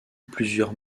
plusieurs